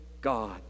God